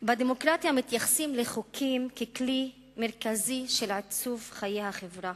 בדמוקרטיה מתייחסים לחוקים כאל כלי מרכזי של עיצוב חיי החברה